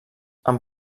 amb